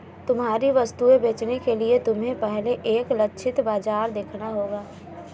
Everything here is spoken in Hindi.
तुम्हारी वस्तुएं बेचने के लिए तुम्हें पहले एक लक्षित बाजार देखना होगा